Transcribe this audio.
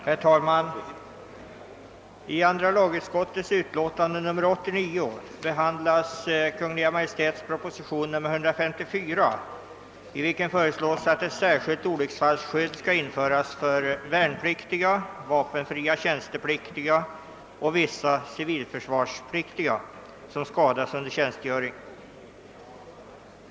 Herr talman! I andra lagutskottets utlåtande nr 89 behandlas Kungl. Maj:ts proposition 154, i vilken föreslås att ett särskilt olycksfallsskydd skall införas för värnpliktiga, vapenfria tjänstepliktiga och vissa civilförsvarspliktiga som skadas under tjänstgöring.